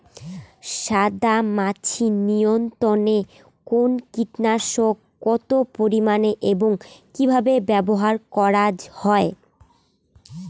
সাদামাছি নিয়ন্ত্রণে কোন কীটনাশক কত পরিমাণে এবং কীভাবে ব্যবহার করা হয়?